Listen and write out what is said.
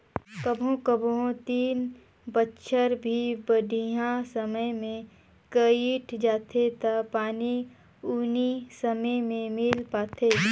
कभों कभों तीन बच्छर भी बड़िहा समय मे कइट जाथें त पानी उनी समे मे मिल पाथे